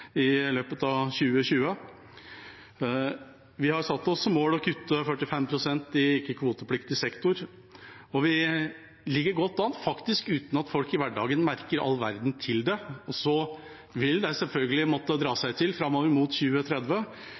i løpet av 2020. Vi har satt oss som mål å kutte 45 pst. i ikke-kvotepliktig sektor, og vi ligger godt an, faktisk uten at folk merker all verden til det i hverdagen. Det vil selvfølgelig måtte dra seg til framover mot 2030,